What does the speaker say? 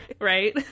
right